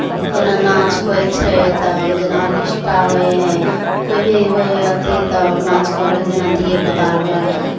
जेना नाच होइ छै तऽ जेना आर्केस्ट्रा होइ हइ कोइ भी होइ हइ अथि तऽ नाच करै हइ जेना धियेपुता अर भएल